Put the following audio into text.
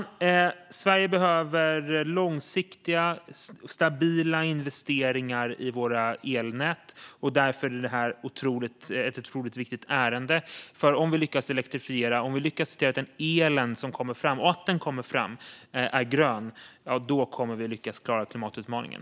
Vi i Sverige behöver långsiktiga, stabila investeringar i våra elnät. Därför är detta ett otroligt viktigt ärende. Om vi lyckas elektrifiera och se till att den el som kommer fram är grön kommer vi också att klara klimatutmaningen.